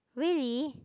really